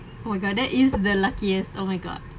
oh my god that is the luckiest oh my god